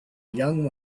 young